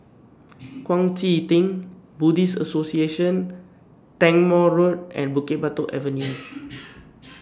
Kuang Chee Tng Buddhist Association Tangmere Road and Bukit Batok Avenue